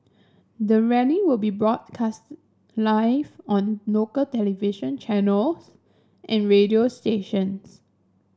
the rally will be broadcast live on local television channels and radio stations